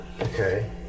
Okay